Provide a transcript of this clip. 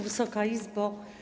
Wysoka Izbo!